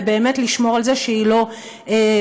ובאמת לשמור על זה שהיא לא תרמוס,